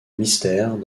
mystères